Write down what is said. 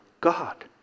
God